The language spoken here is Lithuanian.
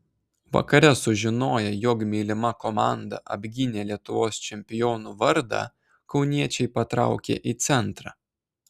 vakare sužinoję jog mylima komanda apgynė lietuvos čempionų vardą kauniečiai patraukė į centrą